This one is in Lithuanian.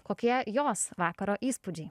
kokie jos vakaro įspūdžiai